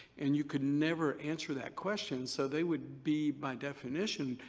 and you could never answer that question. so they would be, by definition,